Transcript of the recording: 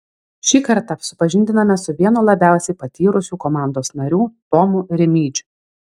šį kartą supažindiname su vienu labiausiai patyrusių komandos narių tomu rimydžiu